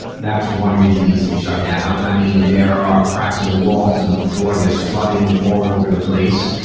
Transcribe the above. that's one reason needs to be shut down. i mean, there are cracks in the walls and the floor. there's flooding all over the place,